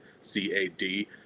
C-A-D